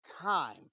time